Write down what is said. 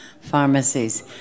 pharmacies